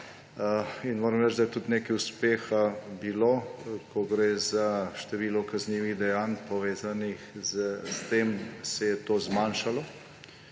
Moram reči, da je tudi nekaj uspeha bilo. Ko gre za število kaznivih dejanj, povezanih s tem, se je to zmanjšalo